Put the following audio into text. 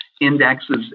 indexes